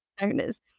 owners